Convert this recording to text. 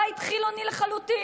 בית חילוני לחלוטין.